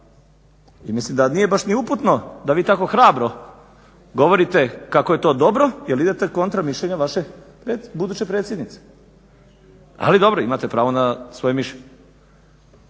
I mislim da nije baš ni uputno da vi tako hrabro govorite kako je to dobro jer idete kontra mišljenja vaše buduće predsjednice. Ali dobro imate pravo na svoje mišljenje.